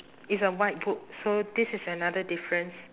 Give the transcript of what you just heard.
is a white book so this is another difference